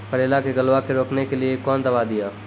करेला के गलवा के रोकने के लिए ली कौन दवा दिया?